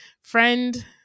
Friend